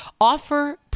offer